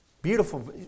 Beautiful